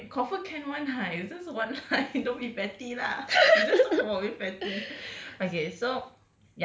!walao! eh confirm can [one] lah it's just one line don't be petty lah we're just talked about being petty okay so